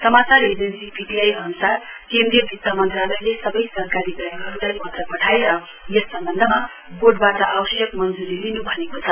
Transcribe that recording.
समाचार agency PTI अनुसार केन्द्रीय वित्त मन्त्रालयले सबै सरकारी ब्याङ्कहरूलाई पत्र पठाएर यस सम्बन्धमा बोर्डबाट आवश्यक मञ्जूरी लिनु भनेको छ